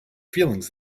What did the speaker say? feelings